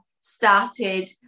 started